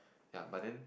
ya but then